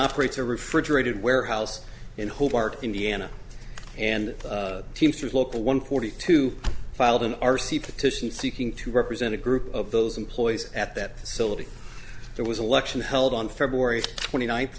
operates a refrigerated warehouse in hobart indiana and teamsters local one forty two filed an r c petition seeking to represent a group of those employees at that facility there was a lection held on february twenty ninth